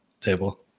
table